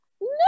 No